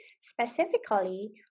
Specifically